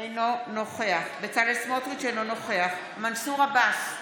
אינו נוכח בצלאל סמוטריץ' אינו נוכח מנסור עבאס,